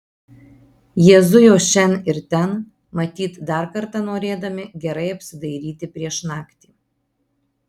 jie zujo šen ir ten matyt dar kartą norėdami gerai apsidairyti prieš naktį